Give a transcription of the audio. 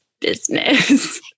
business